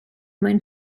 mwyn